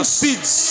seeds